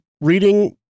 reading